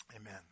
Amen